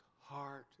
heart